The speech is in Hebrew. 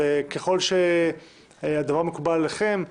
ככל שהדבר מקובל עליכם,